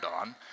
on